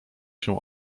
się